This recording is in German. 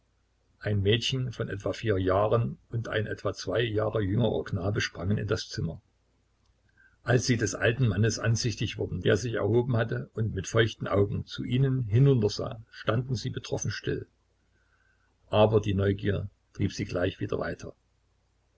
ein mädchen von etwa vier jahren und ein etwa zwei jahre jüngerer knabe sprangen in das zimmer als sie des alten mannes ansichtig wurden der sich erhoben hatte und mit feuchten augen zu ihnen hinuntersah standen sie betroffen still aber die neugier trieb sie gleich wieder weiter